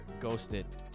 Ghosted